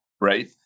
right